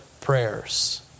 prayers